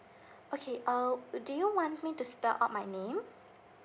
okay uh do you want me to spell out my name